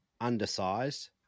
undersized